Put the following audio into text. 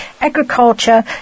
agriculture